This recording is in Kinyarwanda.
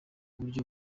buryo